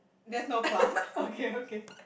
there's no plum okay okay